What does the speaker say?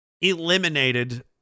eliminated